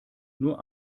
nur